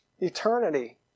Eternity